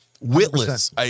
Witless